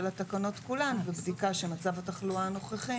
התקנות כולן ובדיקה שמצב התחלואה הנוכחי